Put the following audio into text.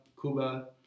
Cuba